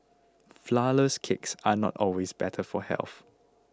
Flourless Cakes are not always better for health